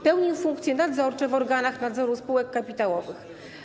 Pełnił funkcje nadzorcze w organach nadzoru spółek kapitałowych.